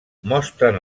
mostren